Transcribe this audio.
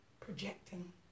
projecting